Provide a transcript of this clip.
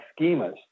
schemas